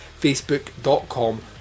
facebook.com